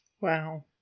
Wow